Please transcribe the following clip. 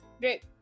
Great